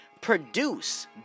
produce